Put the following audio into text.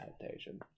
adaptation